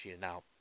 Now